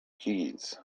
keys